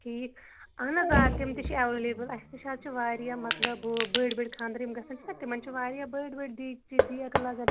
ٹھیٖک اہن حظ آ تِم تہِ چھِ ایٚولیبٕل اسہِ نِش حظ چھِ وارِیاہ مطلب بٔڑ بٔڑ خانٛدر یِم گَژھان چھِنَہ تِمن چھِ وارِیاہ بٔڑۍ بٔڑۍ دیکچہِ دیگہٕ لَگان